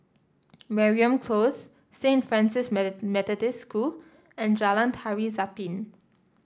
Mariam Close Saint Francis Methodist School and Jalan Tari Zapin